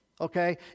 Okay